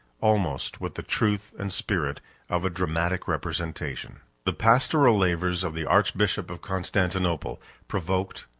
almost with the truth and spirit of a dramatic representation. the pastoral labors of the archbishop of constantinople provoked,